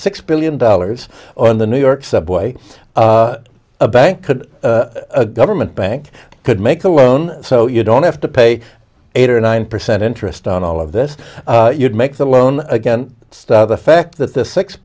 six billion dollars on the new york subway a bank could a government bank could make a loan so you don't have to pay eight or nine percent interest on all of this you'd make the loan again the fact that the six